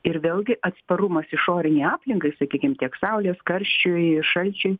ir vėlgi atsparumas išorinei aplinkai sakykim kiek saulės karščiui šalčiui